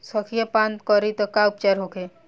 संखिया पान करी त का उपचार होखे?